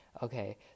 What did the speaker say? Okay